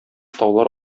таулар